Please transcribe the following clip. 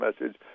message